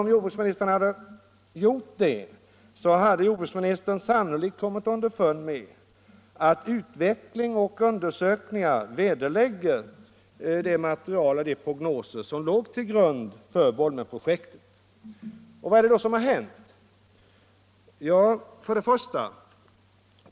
Om jordbruksministern hade gjort det, hade jordbruksministern sannolikt kommit underfund med att utveckling och undersökningar vederlägger det material och de prognoser som låg till grund för Bolmenprojektet. Vad är det då som hänt? 1.